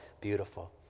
beautiful